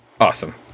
Awesome